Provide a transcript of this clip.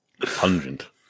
pungent